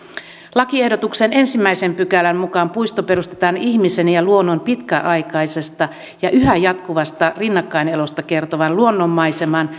lakiehdotuksen ensimmäisen pykälän mukaan puisto perustetaan ihmisen ja luonnon pitkäaikaisesta ja yhä jatkuvasta rinnakkaiselosta kertovan luonnonmaiseman